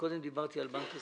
קודם דיברתי על בנק ישראל,